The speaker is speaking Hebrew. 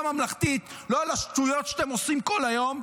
ממלכתית לא על השטויות שאתם עושים כל היום,